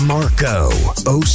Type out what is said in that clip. Marco